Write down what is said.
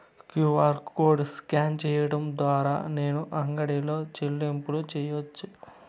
QR code scan సేయడం ద్వారా నేను అంగడి లో చెల్లింపులు సేయొచ్చా?